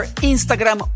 Instagram